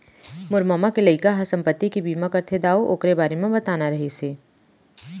मोर ममा के लइका ह संपत्ति के बीमा करथे दाऊ,, ओकरे बारे म बताना रहिस हे